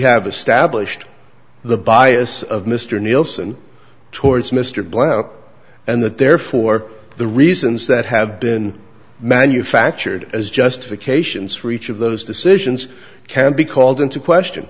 have established the bias of mr nielsen towards mr blair up and that therefore the reasons that have been manufactured as justifications for each of those decisions can be called into question